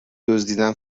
دزدیدن